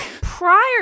Prior